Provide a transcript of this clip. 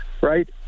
right